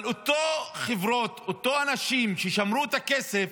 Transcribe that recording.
אבל אותן חברות, אותם אנשים ששמרו את הכסף,